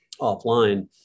offline